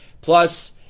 plus